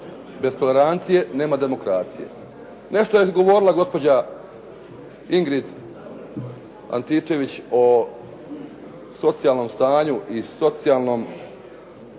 bez tolerancije nema demokracije. Nešto je govorila gospođa Ingrid Antičević o socijalnom stanju i socijalnom,